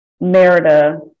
merida